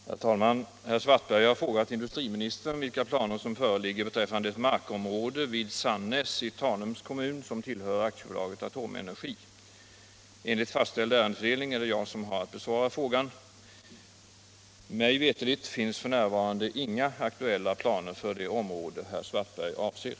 Herr talman! Herr Svartberg har frågat industriministern vilka planer som föreligger beträffande ett markområde vid Sannäs i Tanums kommun som tillhör AB Atomenergi. Enligt fastställd ärendefördelning är det jag som har att besvara frågan. Mig veterligt finns f. n. inga aktuella planer för det område herr Svartberg avser.